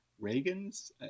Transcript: Reagan's